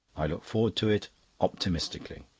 i look forward to it optimistically.